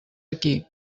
aquí